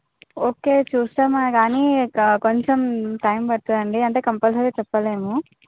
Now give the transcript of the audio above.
okay చూస్తాం కానీ ఒక కొంచెం టైం పడుతుంది అండి అంటే కంపల్సరీ చెప్పలేము